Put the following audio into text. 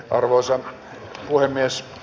arvoisa puhemies